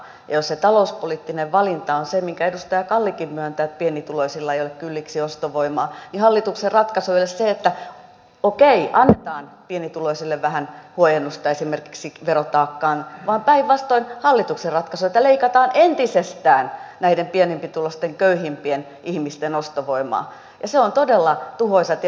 ja jos se talouspoliittinen valinta on se minkä edustaja kallikin myöntää että pienituloisilla ei ole kylliksi ostovoimaa niin hallituksen ratkaisu ei ole se että okei annetaan pienituloisille vähän huojennusta esimerkiksi verotaakkaan vaan päinvastoin hallituksen ratkaisu on että leikataan entisestään näiden pienempituloisten köyhimpien ihmisten ostovoimaa ja se on todella tuhoisa tie